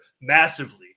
massively